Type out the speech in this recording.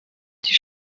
die